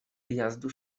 wyjazdu